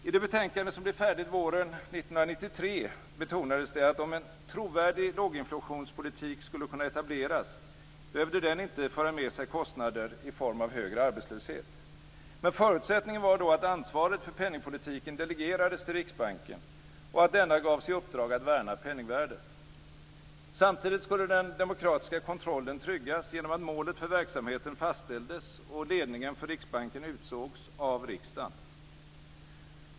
I det betänkande som blev färdigt våren 1993 betonades det att om en trovärdig låginflationspolitik skulle kunna etableras, behövde den inte föra med sig kostnader i form av högre arbetslöshet. Men förutsättningen var då att ansvaret för penningpolitiken delegerades till Riksbanken och att denna gavs i uppdrag att värna penningvärdet. Samtidigt skulle den demokratiska kontrollen tryggas genom att målet för verksamheten fastställdes och ledningen för Riksbanken utsågs av riksdagen.